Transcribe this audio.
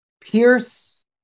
Pierce